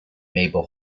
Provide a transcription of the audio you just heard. mabel